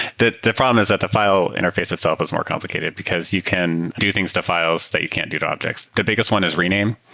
the problem is that the file interface itself is more complicated, because you can do things to files that you can't do to objects. the biggest one is rename.